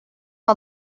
que